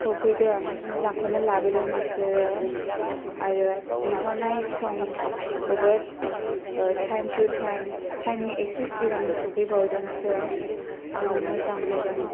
सफैदों मोजांखौनो लाबोदों बिसोरो आरो बिहरनाय समखौबो थाइम थु थाइम थाइमनि एसे सिगांनो सफैबावदोंसो आङो मोजां मोनदों